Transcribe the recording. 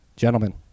Gentlemen